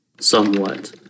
somewhat